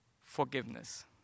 forgiveness